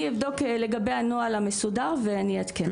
אני אבדוק לגבי הנוהל המסודר, ואני אעדכן.